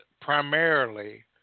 primarily